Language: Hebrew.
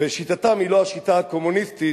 ושיטתם היא לא השיטה הקומוניסטית,